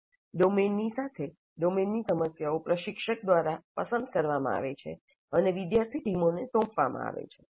ડોમેનની સાથે ડોમેનની સમસ્યાઓ પ્રશિક્ષક દ્વારા પસંદ કરવામાં આવે છે અને વિદ્યાર્થી ટીમોને સોંપવામાં આવે છે